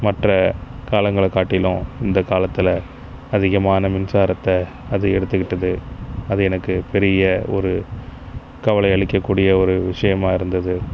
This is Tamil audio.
மற்ற காலங்களை காட்டிலும் இந்த காலத்தில் அதிகமான மின்சாரத்தை அதிகரித்துவிட்டது அது எனக்கு பெரிய ஒரு கவலை அளிக்கக்கூடிய ஒரு விஷயமாக இருந்தது